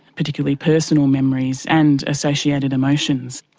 particularly personal memories and associated emotions.